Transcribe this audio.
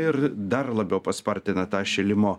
ir dar labiau paspartina tą šilimo